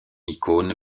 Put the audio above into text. icône